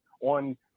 on